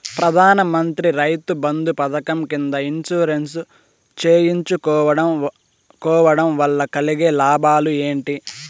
ప్రధాన మంత్రి రైతు బంధు పథకం కింద ఇన్సూరెన్సు చేయించుకోవడం కోవడం వల్ల కలిగే లాభాలు ఏంటి?